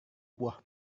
buah